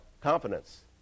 competence